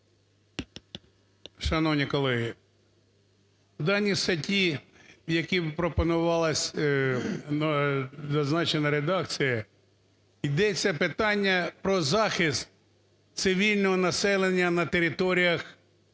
Шановні колеги, в даній статті, в якій пропонувалася зазначена редакція, йдеться питання про захист цивільного населення на територіях, які не